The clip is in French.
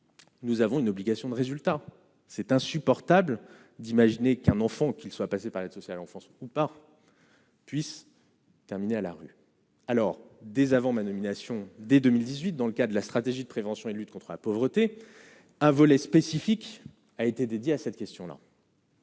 nous avons une obligation de résultat, c'est insupportable d'imaginer qu'un enfant, qu'il soit passé par l'aide sociale en France ou pas, puissent terminer à la rue alors des avant ma nomination dès 2018 dans le cas de la stratégie de prévention et de lutte contre la pauvreté, un volet spécifique a été dédiée à cette question-là.